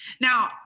Now